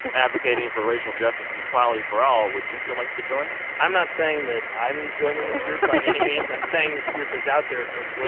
advocating for racial justice and equality for all, would you feel like you could join it? i'm not saying that i'm joining this group. by any means. i'm saying this group is out there from